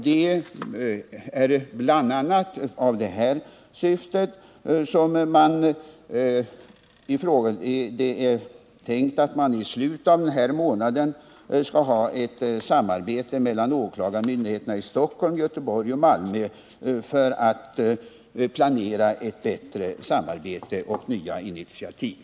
Det är bl.a. i det syftet som det är tänkt att man i slutet av denna månad skall ha ett sammanträffande mellan åklagarmyndigheterna i Stockholm, Göteborg och Malmö för att planera bättre samarbete och nya initiativ.